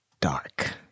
dark